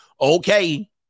Okay